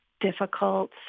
difficult